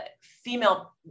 female